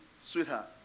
sweetheart